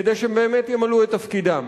כדי שהם באמת ימלאו את תפקידם,